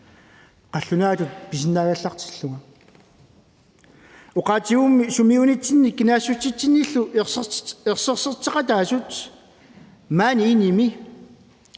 og så er der ikke sket